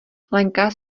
lenka